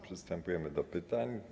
Przystępujemy do pytań.